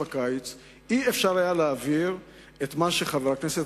לא היה אפשר להעביר את מה שחבר הכנסת